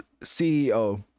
CEO